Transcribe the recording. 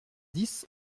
dix